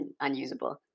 unusable